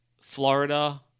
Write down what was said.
Florida